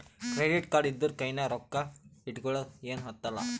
credit card ಇದ್ದೂರ ಕೈನಾಗ್ ರೊಕ್ಕಾ ಇಟ್ಗೊಳದ ಏನ್ ಹತ್ತಲಾ